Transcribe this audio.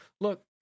Look